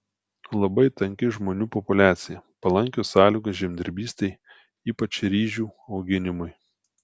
labai tanki žmonių populiacija palankios sąlygos žemdirbystei ypač ryžių auginimui